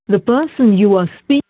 the person you are speaking